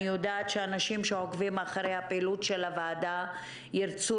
אני יודעת שאנשים שעוקבים אחרי הפעילות של הוועדה ירצו